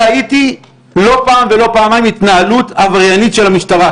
ראיתי לא פעם ולא פעמיים התנהלות עבריינית של המשטרה.